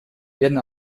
werden